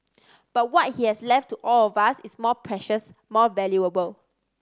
but what he has left to all of us is more precious more valuable